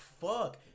fuck